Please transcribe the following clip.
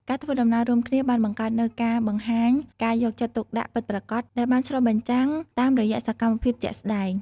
ការធ្វើដំណើររួមគ្នាបានបង្កើតនូវការបង្ហាញការយកចិត្តទុកដាក់ពិតប្រាកដដែលបានឆ្លុះបញ្ចាំងតាមរយៈសកម្មភាពជាក់ស្តែង។